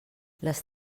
les